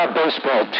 baseball